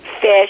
fish